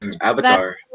Avatar